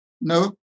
No